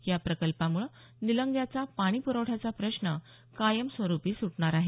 या प्रकल्पामुळं निलंग्याचा पाणीपुरवठ्याचा प्रश्न कायमस्वरूपी सुटणार आहे